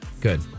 Good